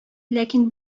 ләкин